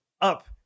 up